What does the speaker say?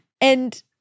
And-